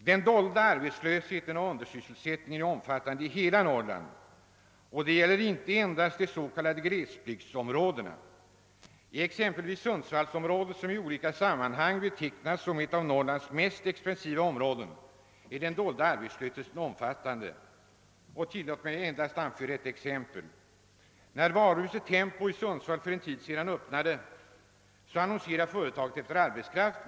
Den dolda arbetslösheten och undersysselsättningen är omfattande i hela Norrland; det gäller inte endast de s.k. glesbygdsområdena. I exempelvis sundsvallsområdet, som i olika sammanhang betecknas som ett av Norrlands mest expansiva områden, är den dolda arbetslösheten omfattande. Tillåt mig endast anföra ett exempel. Då varuhuset Tempo i Sundsvall för en tid sedan öppnade annonserade företaget efter arbetskraft.